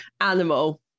animal